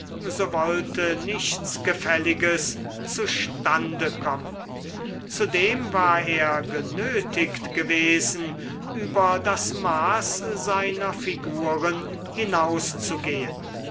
wollte nichts gefälliges zustande kommen zudem war er genötigt gewesen über das maß seiner figuren hinauszugehen